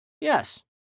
Yes